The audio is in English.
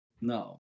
No